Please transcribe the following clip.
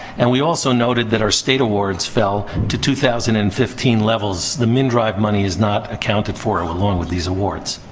and we also noted that our state awards fell to two thousand and fifteen levels. the mndrive money is not accounted for um along with these awards.